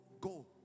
go